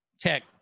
tech